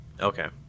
Okay